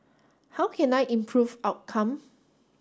how can I improve outcome